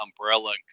umbrella